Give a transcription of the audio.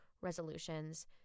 resolutions